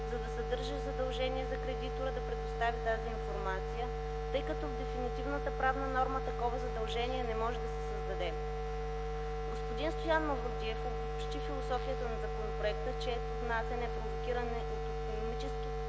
за да съдържа задължение за кредитора да предоставя тази информация, тъй като в дефинитивна правна норма такова задължение не може да се създаде. Господин Стоян Мавродиев обобщи философията на законопроекта, чието внасяне е провокирано от икономически